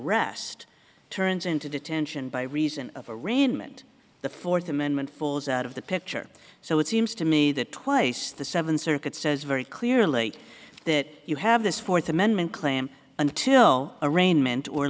rest turns into detention by reason of a rain meant the fourth amendment falls out of the picture so it seems to me that twice the seventh circuit says very clearly that you have this fourth amendment claim until arraignment or